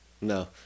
No